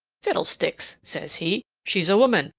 fiddlesticks! says he. she's a woman,